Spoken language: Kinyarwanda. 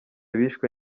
bishwe